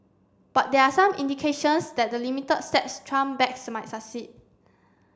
but there are some indications that the limited steps Trump backs might succeed